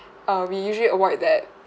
uh we usually avoid that